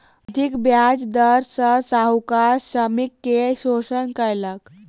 अधिक ब्याज दर सॅ साहूकार श्रमिक के शोषण कयलक